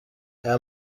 aya